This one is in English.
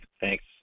Thanks